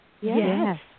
Yes